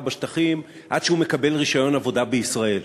בשטחים עד שהוא מקבל רישיון עבודה בישראל.